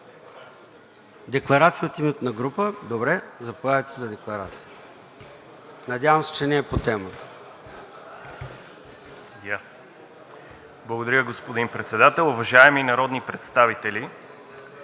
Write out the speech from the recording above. Декларация от името на група – добре. Заповядайте за декларация. Надявам се, че не е по темата.